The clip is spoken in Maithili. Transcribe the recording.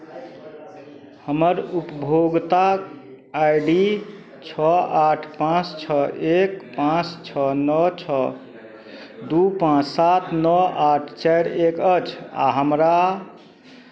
हमर उपभोक्ता आइ डी छओ आठ पाँच छओ एक पाँच छओ नओ छओ दू पाँच सात नओ आठ चारि एक अछि आ हमरा